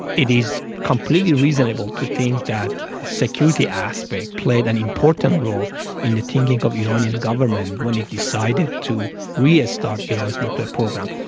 it is completely reasonable to think that security aspects played an important role in the thinking of the iranian government when it decided to re-start iran's nuclear program.